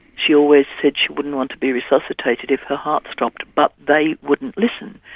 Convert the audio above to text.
she always said she wouldn't want to be resuscitated if her heart stopped. but they wouldn't listen.